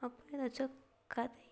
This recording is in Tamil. அப்புறம் ஏதாச்சும் கதை